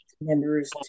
members